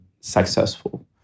successful